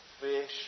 fish